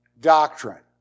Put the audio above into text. Doctrine